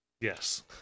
Yes